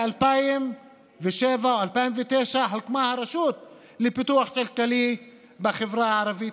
ב-2007 או ב-2009 הוקמה הרשות לפיתוח כלכלי בחברה הערבית,